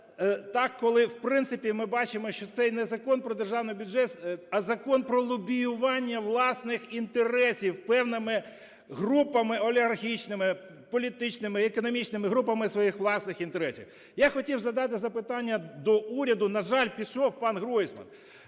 так, коли, в принципі, ми бачимо, що це й не Закон про Державний бюджет, а закон про лобіювання власних інтересів певними групами олігархічними, політичними, економічними групами своїх власних інтересів. Я хотів задати запитання до уряду. На жаль, пішов панГройсман.